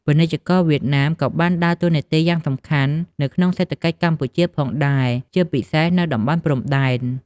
ពាណិជ្ជករវៀតណាមក៏បានដើរតួនាទីយ៉ាងសំខាន់នៅក្នុងសេដ្ឋកិច្ចកម្ពុជាផងដែរ ជាពិសេសនៅតំបន់ព្រំដែន។